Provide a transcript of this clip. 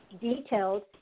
details